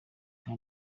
nka